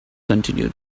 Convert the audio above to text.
continued